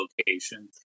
location